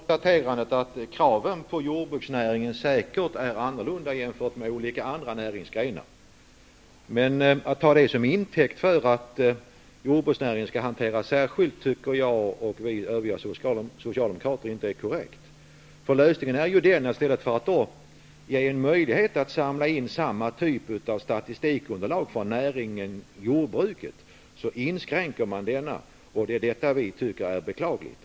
Herr talman! Jag är ense med Tom Heyman när han konstaterar att kraven på jordbruksnäringen säkert är annorlunda jämfört med olika andra näringsgrenar. Men att ta det som intäkt för att jordbruksnäringen skall hanteras särskilt tycker jag och övriga socialdemokrater inte är korrekt. I stället för att ge en möjlighet att samla in samma typ av statistikunderlag från jordbruksnäringen inskränker man den möjligheten. Det är detta vi tycker är beklagligt.